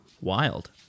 Wild